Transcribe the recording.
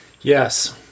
Yes